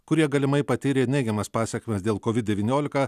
kurie galimai patyrė neigiamas pasekmes dėl kovid devyniolika